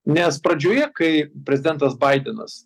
nes pradžioje kai prezidentas baidenas